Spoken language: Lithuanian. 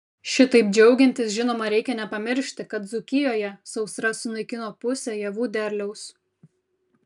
šitaip džiaugiantis žinoma reikia nepamiršti kad dzūkijoje sausra sunaikino pusę javų derliaus